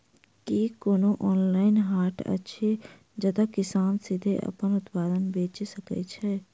की कोनो ऑनलाइन हाट अछि जतह किसान सीधे अप्पन उत्पाद बेचि सके छै?